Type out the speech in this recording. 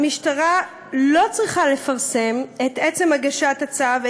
המשטרה לא צריכה לפרסם את עצם הגשת הצו,